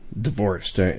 divorced